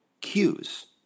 cues